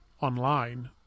online